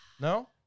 No